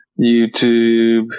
YouTube